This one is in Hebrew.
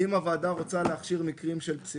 אם הוועדה רוצה להכשיר מקרים של פסילות פנקסים